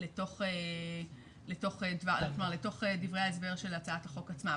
לתוך דברי ההסבר של הצעת החוק עצמה.